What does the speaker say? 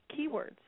keywords